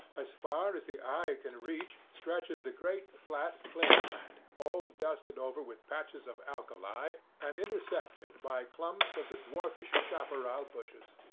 as far as the eye can reach stretches the great flat plain-land, all dusted over with patches of alkali, and intersected by clumps of the dwarfish chaparral bushes.